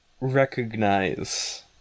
recognize